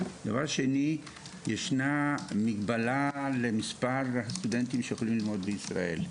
דבר שני יש מגבלה למספר הסטודנטים שהולכים ללמוד בישראל.